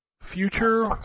future